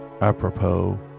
apropos